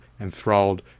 enthralled